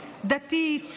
דתית,